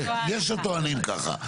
יש הטוענים ככה,